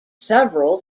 several